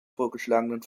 vorgeschlagenen